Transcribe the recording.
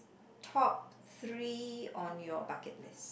top three on your bucket list